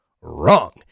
Wrong